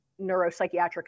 neuropsychiatric